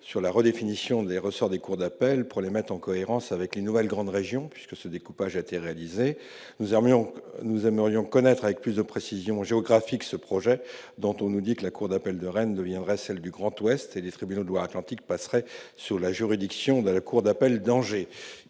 sur la redéfinition des ressorts des cours d'appel en vue de les mettre en cohérence avec les nouvelles grandes régions. Nous aimerions connaître avec plus de précisions géographiques ce projet, dans lequel, nous dit-on, la cour d'appel de Rennes deviendrait celle du Grand-Ouest et les tribunaux de Loire-Atlantique passeraient sous la juridiction de la cour d'appel d'Angers.